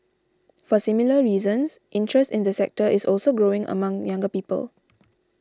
for similar reasons interest in the sector is also growing among younger people